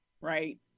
right